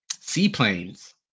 seaplanes